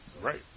right